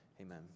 amen